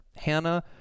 Hannah